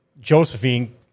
Josephine